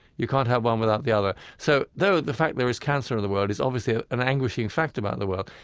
you can't have one without the other. so, though the fact there is cancer in the world is obviously ah an anguishing fact about the world,